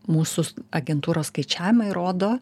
mūsų agentūros skaičiavimai rodo